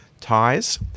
Ties